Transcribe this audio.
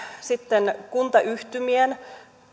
sitten kuntayhtymien